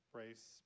race